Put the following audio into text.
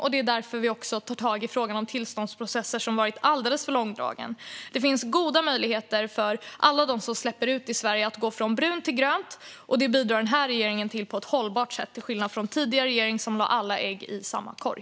Det är också därför vi tar tag i frågan om tillståndsprocesser, som har varit alldeles för långdragna. Det finns goda möjligheter för alla de som släpper ut i Sverige att gå från brunt till grönt. Det bidrar den här regeringen till på ett hållbart sätt, till skillnad från tidigare regering, som lade alla ägg i samma korg.